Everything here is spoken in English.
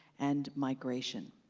and migration.